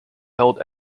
held